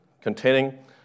containing